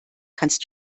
kannst